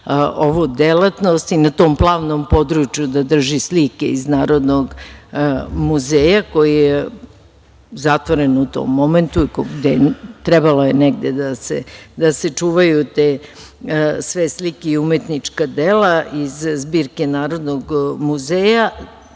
ovu delatnost i na tom plavnom području da drži slike iz Narodnog muzeja koji je zatvoren u tom momentu i trebalo je negde da se čuvaju te sve slike i umetnička dela iz Zbirke Narodnog muzeja. Ni